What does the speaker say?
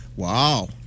Wow